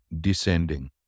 descending